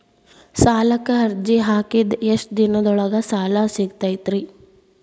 ಸಾಲಕ್ಕ ಅರ್ಜಿ ಹಾಕಿದ್ ಎಷ್ಟ ದಿನದೊಳಗ ಸಾಲ ಸಿಗತೈತ್ರಿ?